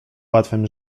łatwym